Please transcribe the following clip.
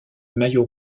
maillot